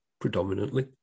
predominantly